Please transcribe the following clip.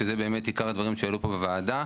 שזה באמת עיקר הדברים שיעלו פה בוועדה.